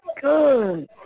good